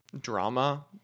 drama